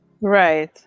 Right